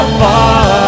far